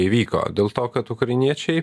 įvyko dėl to kad ukrainiečiai